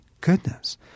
goodness